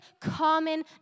common